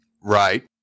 Right